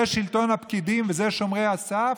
זה שלטון הפקידים וזה שומרי הסף,